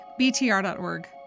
BTR.org